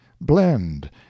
blend